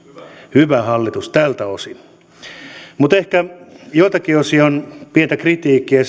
hyvä hallitus tältä osin ehkä joiltakin osin pientä kritiikkiä